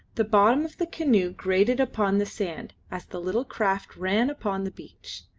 the bottom of the canoe grated upon the sand as the little craft ran upon the beach.